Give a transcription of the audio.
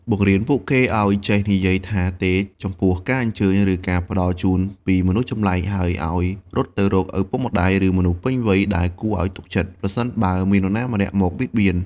បង្រៀនពួកគេឲ្យចេះនិយាយថា ទេ ចំពោះការអញ្ជើញ ឬការផ្តល់ជូនពីមនុស្សចម្លែក ហើយឲ្យរត់ទៅរកឪពុកម្តាយ ឬមនុស្សពេញវ័យដែលគួរឲ្យទុកចិត្ត ប្រសិនបើមានអ្នកណាមកបៀតបៀន។